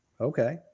Okay